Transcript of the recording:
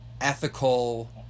ethical